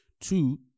Two